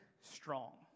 strong